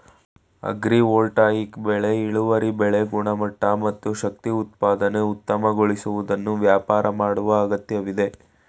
agrivoltaic ಬೆಳೆ ಇಳುವರಿ ಬೆಳೆ ಗುಣಮಟ್ಟ ಮತ್ತು ಶಕ್ತಿ ಉತ್ಪಾದನೆ ಉತ್ತಮಗೊಳಿಸುವುದನ್ನು ವ್ಯಾಪಾರ ಮಾಡುವ ಅಗತ್ಯವಿದೆ